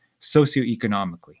socioeconomically